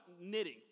knitting